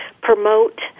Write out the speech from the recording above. promote